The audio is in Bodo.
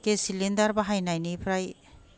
गेस सिलेन्डार बाहायनायनिफ्राय